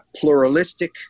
pluralistic